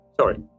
Sorry